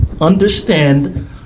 Understand